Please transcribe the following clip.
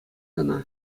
кӑна